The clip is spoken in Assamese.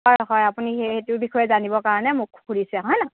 হয় হয় আপুনি সেইটো বিষয়ে জানিবৰ কাৰণে মোক সুধিছে হয় নহয়